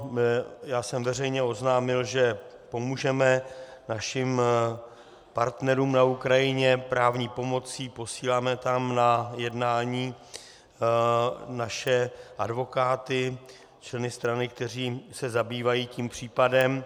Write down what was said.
Jde o to já jsem veřejně oznámil, že pomůžeme našim partnerům na Ukrajině právní pomocí, posíláme tam na jednání naše advokáty, členy strany, kteří se zabývají tím případem.